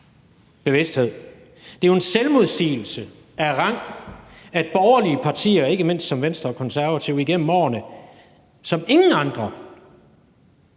bevidsthed. Det er jo en selvmodsigelse af rang, at borgerlige partier og ikke mindst Venstre og Konservative igennem årene som ingen andre